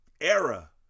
era